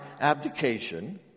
abdication